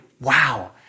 wow